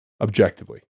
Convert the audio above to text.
objectively